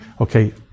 Okay